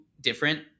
different